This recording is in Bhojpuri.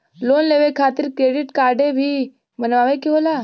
लोन लेवे खातिर क्रेडिट काडे भी बनवावे के होला?